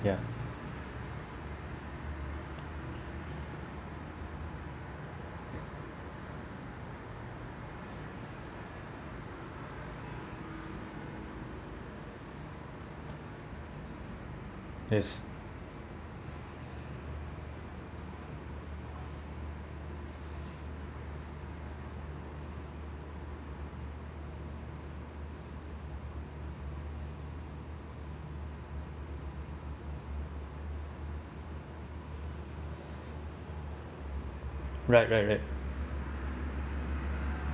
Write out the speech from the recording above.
ya yes right right right